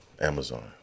Amazon